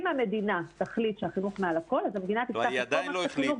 אם המדינה תחליט שהחינוך הוא מעל הכול אז המדינה תפתח את כל מערכת החינוך